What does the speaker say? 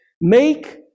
make